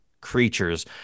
creatures